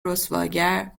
رسواگر